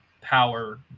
power